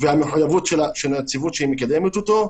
והמחויבות של הנציבות שמקדמת אותו,